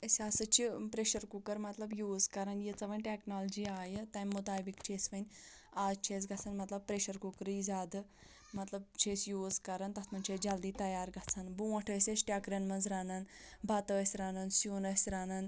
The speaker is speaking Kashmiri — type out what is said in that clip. أسۍ ہَسا چھِ پرٛیٚشَر کُکَر مطلب یوٗز کران ییٖژاہ وۄنۍ ٹیٚکنالوجی آیہِ تَمہِ مطابق چھِ أسۍ وۄنۍ آز چھُ اسہِ گَژھان مطلب پرٛیٚشَر کُکرٕے زیادٕ مطلب چھِ أسۍ یوٗز کران تتھ مَنٛز چھُ اسہِ جلدی تیار گَژھان بونٛٹھ ٲسۍ أسۍ ٹیٚکریٚن مَنٛز رنان بَتہٕ ٲسۍ رنان سیٛن ٲسۍ رنان